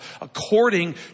According